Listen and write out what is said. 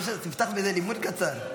תפתח באיזה לימוד קצר.